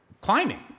climbing